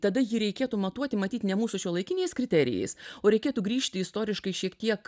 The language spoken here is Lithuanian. tada jį reikėtų matuoti matyt ne mūsų šiuolaikiniais kriterijais o reikėtų grįžti istoriškai šiek tiek